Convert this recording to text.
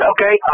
Okay